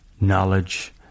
knowledge